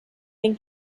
been